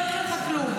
לא יקרה לך כלום.